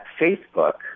Facebook